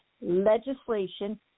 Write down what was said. legislation